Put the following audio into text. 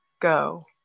go